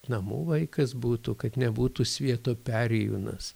namų vaikas būtų kad nebūtų svieto perėjūnas